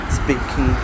speaking